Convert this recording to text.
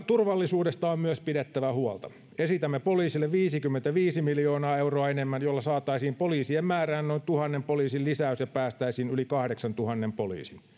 turvallisuudesta on myös pidettävä huolta esitämme poliisille viisikymmentäviisi miljoonaa euroa enemmän jolla saataisiin poliisien määrään noin tuhannen poliisin lisäys ja päästäisiin yli kahdeksaantuhanteen poliisiin